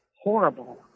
horrible